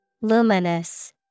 Luminous